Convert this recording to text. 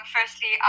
firstly